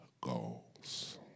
goals